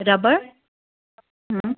रॿड़ ह